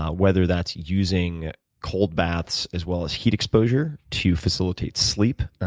ah whether that's using cold baths as well as heat exposure to facilitate sleep.